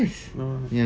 oh